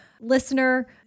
listener